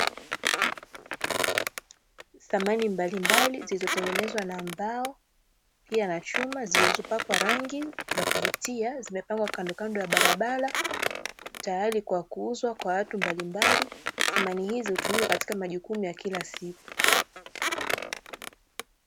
Samani mbalimbali zilizotengenezwa na mbao, pia na chuma zilizopakwa rangi za kuvutia, zimepangwa kandokando ya barabara, tayari kwa kuuzwa kwa watu mbalimbali. Samani hizo hutumika katika majukumu ya kila siku.